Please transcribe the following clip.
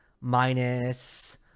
minus